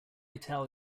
tell